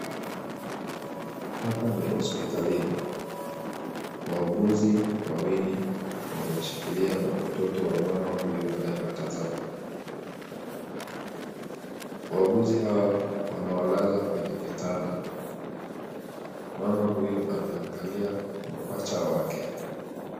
Hapa ni hospitalini. Wauguzi wawili wamewashikilia watoto wa mama huyu anayewatazama. Wauguzi hawa wanawalaza kwenye kitanda. Mama huyu anaangalia mapacha wake.